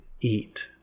eat